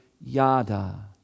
yada